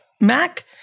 Mac